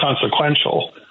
consequential